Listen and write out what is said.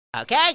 Okay